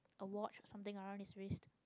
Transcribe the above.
a watch or something around his wrist